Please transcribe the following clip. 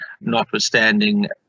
notwithstanding